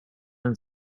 and